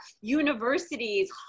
universities